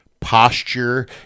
Posture